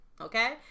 okay